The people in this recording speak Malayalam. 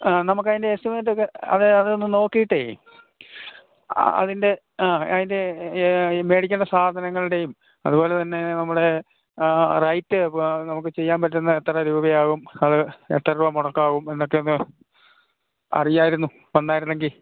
ആ നമുക്കതിൻ്റെ എസ്റ്റിമേറ്റൊക്കെ അതെ അതൊന്ന് നോക്കിയിട്ട് അതിൻ്റെ ആ അതിൻ്റെ മേടിക്കേണ്ട സാധനങ്ങളുടെയും അതുപോലെതന്നെ നമ്മുടെ റൈറ്റ് നമുക്ക് ചെയ്യാന് പറ്റുന്നത് എത്ര രൂപയാകും അത് എത്ര രൂപ മുടക്കാവും എന്നൊക്കെ എന്താണ് അറിയാമായിരുന്നു വന്നായിരുന്നുവെങ്കില്